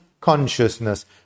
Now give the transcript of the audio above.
consciousness